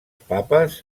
papes